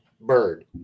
bird